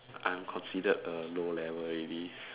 I'm considered a low level already